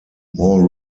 more